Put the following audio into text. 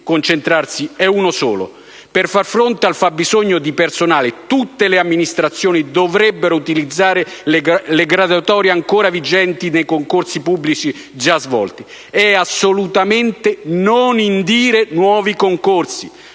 concentrarsi è uno solo: per far fronte al fabbisogno di personale tutte le amministrazioni dovrebbero utilizzare le graduatorie ancora vigenti dei concorsi pubblici già svolti e assolutamente non indire nuovi concorsi.